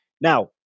Now